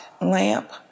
lamp